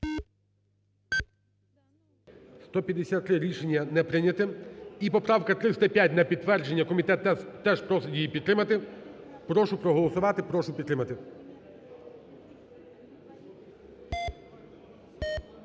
за. Рішення не прийняте. І поправка 305 – на підтвердження, комітет теж просить її підтримати. Прошу проголосувати, прошу підтримати.